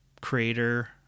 creator